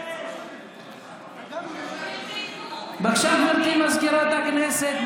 איך אתה, בבקשה, גברתי סגנית מזכירת הכנסת.